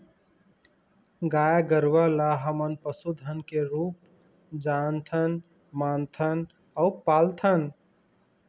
गाय गरूवा ल हमन पशु धन के रुप जानथन, मानथन अउ पालथन